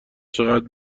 چقدر